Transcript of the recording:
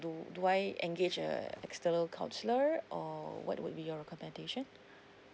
do do I engage a external counselor or what would be your recommendation